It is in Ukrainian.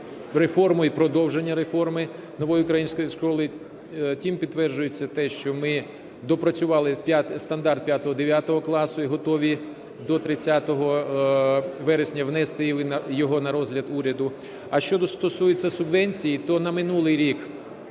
реформу і продовження реформи "Нова українська школа". Тим підтверджується те, що ми доопрацювали стандарт 5-9 класів і готові до 30 вересня внести його на розгляд уряду. А що стосується субвенції, то на минулий рік